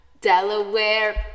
Delaware